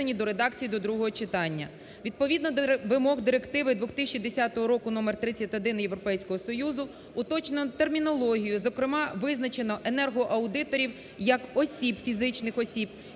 до редакції до другого читання. Відповідно до вимог Директиви 2010 року № 31 Європейського Союзу уточнено термінологію, зокрема, визначено "енергоаудиторів" як осіб, фізичних осіб,